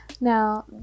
Now